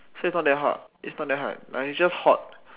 so its not that its not that hard its just hot